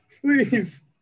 please